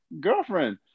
girlfriend